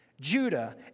Judah